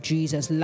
Jesus